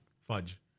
fudge